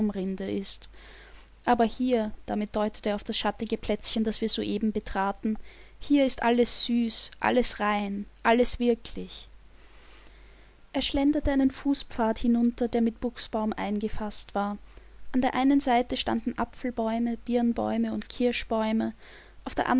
baumrinde ist aber hier damit deutete er auf das schattige plätzchen das wir soeben betraten hier ist alles süß alles rein alles wirklich er schlenderte einen fußpfad hinunter der mit buchsbaum eingefaßt war an der einen seite standen apfelbäume birnbäume und kirschbäume auf der